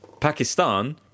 Pakistan